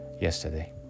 yesterday